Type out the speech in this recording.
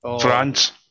France